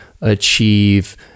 achieve